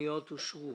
הפניות אושרו.